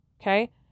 okay